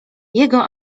jego